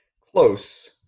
Close